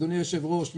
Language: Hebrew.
אדוני היושב-ראש,